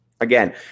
Again